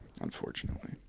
Unfortunately